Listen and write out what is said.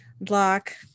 block